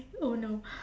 oh no